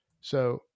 So-